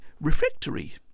refectory